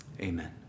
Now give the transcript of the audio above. Amen